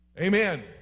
Amen